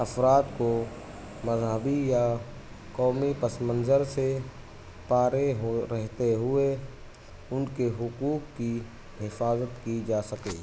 افراد کو مذہبی یا قومی پس منظر سے پرے ہو رہتے ہوئے ان کے حقوق کی حفاظت کی جا سکے